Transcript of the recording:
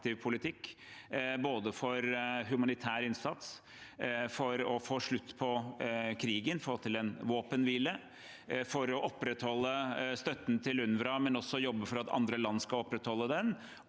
aktiv politikk, både for humanitær innsats, for å få slutt på krigen og få til en våpenhvile, for å opprettholde støtten til UNWRA og jobbe for at andre land skal opprettholde den,